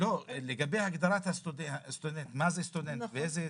לגבי הגדרה מה זה סטודנט ואיזה סטודנט,